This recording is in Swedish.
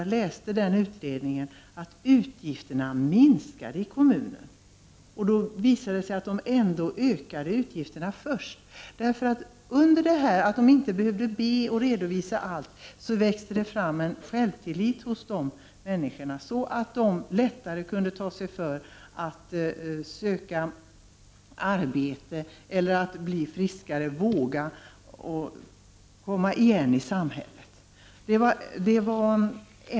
Jag läste i en utredning att utgifterna minskade i kommunen. Ändå visade det sig att utgifterna ökade först. I och med att människorna inte behövde be och redovisa för allt växte det fram en självtillit hos dem så att de lättare kunde ta sig för att söka arbete, bli friskare och våga komma igen i samhället.